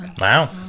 Wow